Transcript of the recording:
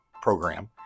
program